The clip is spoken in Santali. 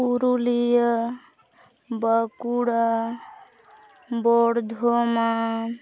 ᱯᱩᱨᱩᱞᱤᱭᱟ ᱵᱟᱸᱠᱩᱲᱟ ᱵᱚᱨᱫᱷᱚᱢᱟᱱ